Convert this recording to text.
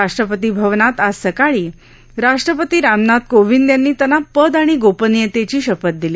राष्ट्रपती भवनात आज सकाळी राष्ट्रपती रामनाथ कोविंद यांनी त्यांना पद आणि गोपनीयतेची शपथ दिली